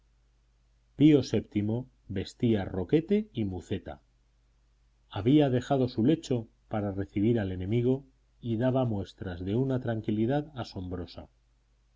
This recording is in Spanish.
pío vii vestía roquete y muceta había dejado su lecho para recibir al enemigo y daba muestras de una tranquilidad asombrosa